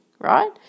right